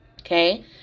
okay